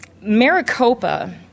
Maricopa